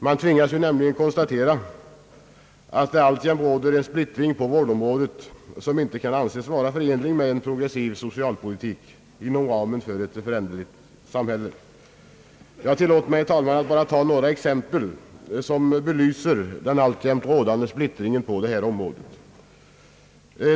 Man tvingas nämligen konstatera att det alltjämt råder en splittring på vårdområdet, som inte kan anses förenlig med en progressiv socialpolitik inom ramen för ett föränderligt samhälle. Jag tillåter mig, herr talman, att med några exempel belysa den alltjämt rårande splittringen på detta område.